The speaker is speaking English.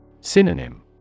Synonym